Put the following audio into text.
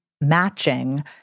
matching